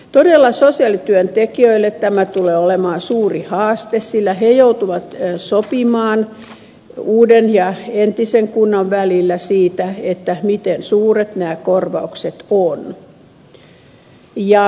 todella sosiaalityöntekijöille tämä tulee olemaan suuri haaste sillä he joutuvat sopimaan uuden ja entisen kunnan välillä siitä miten suuret nämä korvaukset ovat